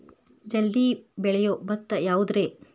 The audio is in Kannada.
ಜಲ್ದಿ ಬೆಳಿಯೊ ಭತ್ತ ಯಾವುದ್ರೇ?